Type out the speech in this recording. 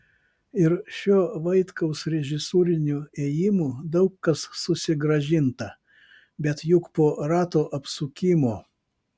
ir šiuo vaitkaus režisūriniu ėjimu daug kas susigrąžinta bet juk po rato apsukimo